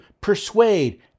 persuade